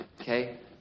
Okay